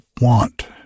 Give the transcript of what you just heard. want